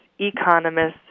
economists